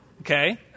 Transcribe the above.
Okay